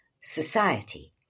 society